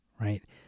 right